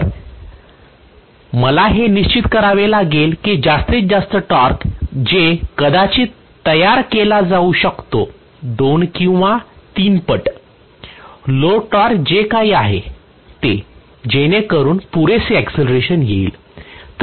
तर मला हे निश्चित करावे लागेल की जास्तीत जास्त टॉर्क जे कदाचित तयार केला जाऊ शकतो दोन किंवा तीन पट लोड टॉर्क जे काही आहे ते जेणेकरून पुरेसे आकसलरेशन येईल